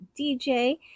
dj